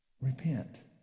Repent